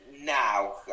now